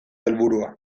helburua